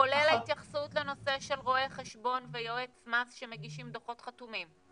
כולל ההתייחסות לנושא של רואה חשבון ויועץ מס שמגישים חשבונות חתומים.